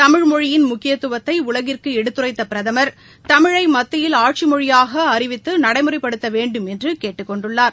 தமிழ் மொழியின் முக்கியத்துவதை உலகிற்கு எடுத்துரைத்த பிரதமா் தமிழை மத்தியில் ஆட்சி மொழியாக அறிவித்து நடைமுறைப்படுத்த வேண்டுமென்று கேட்டுக் கொண்டுள்ளார்